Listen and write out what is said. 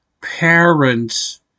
parents